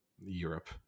Europe